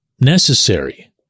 necessary